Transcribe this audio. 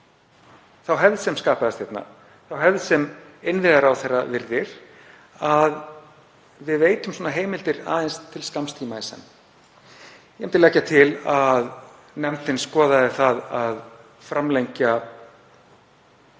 þá hefð sem skapaðist hérna, þá hefð sem innviðaráðherra virðir, að við veitum svona heimildir aðeins til skamms tíma í senn. Ég myndi leggja til að nefndin skoðaði það að framlengja